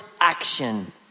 action